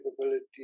capability